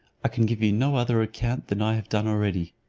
i can give you no other account than i have done already.